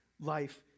life